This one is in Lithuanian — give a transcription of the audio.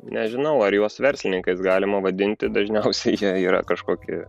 nežinau ar juos verslininkais galima vadinti dažniausiai jie yra kažkokie